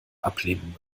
ablehnen